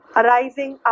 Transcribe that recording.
arising